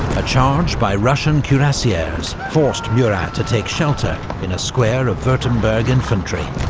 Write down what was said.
a charge by russian cuirassiers forced murat to take shelter in a square of wurttemberg infantry.